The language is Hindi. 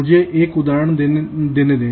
मुझे एक उदाहरण देने दें